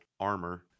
armor